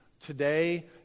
Today